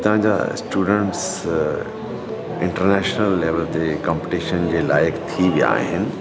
हितां जा students international level ते कम्पटीशन जे लाइक़ु थी विया आहिनि